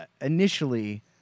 initially